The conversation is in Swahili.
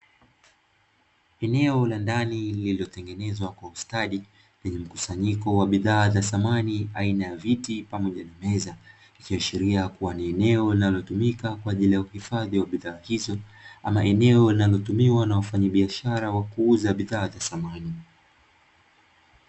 Eneomla ndani lililotengenezwa kwa ustadi lenye mkusanyiko wa bidhaa za samani aina ya viti pamoja na meza ikiashiria kuwa ni eneo linalotumika kwa ajili ya kuhifadhi bidhaa hizo ama eneo linalotumika na wafanyabiashara wa kuuza bidhaa za samani.